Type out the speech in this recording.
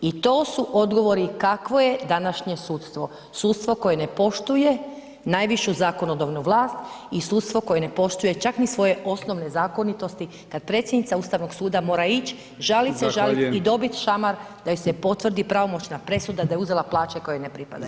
I to su odgovori kakvo je današnje sudstvo, sudstvo koje ne poštuje najvišu zakonodavnu vlast i sudstvo koje ne poštuje čak ni svoje osnovne zakonitosti kada predsjednica Ustavnog suda mora ići žaliti se, žaliti i dobiti šamar da joj se potvrdi pravomoćna presuda da je uzela plaće koje joj ne pripadaju.